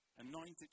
Anointed